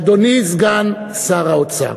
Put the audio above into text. אדוני סגן שר האוצר,